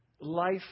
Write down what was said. life